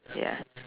ya